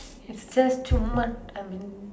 is just too much I mean